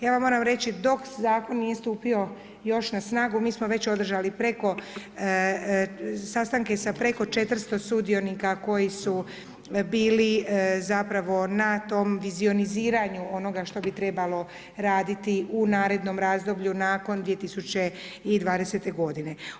Ja vam moram reći dok zakon nije stupio još na snagu mi smo već održati sastanke sa preko 400 sudionika koji su bili zapravo na tom vizioniziranju onoga što bi trebalo raditi u narednom razdoblju nakon 2020. godine.